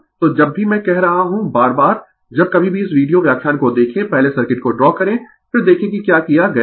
तो जब भी मैं कह रहा हूँ बार बार जब कभी भी इस वीडियो व्याख्यान को देखें पहले सर्किट को ड्रा करें फिर देखें कि क्या किया गया है